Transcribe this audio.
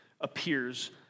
appears